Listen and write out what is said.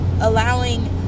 allowing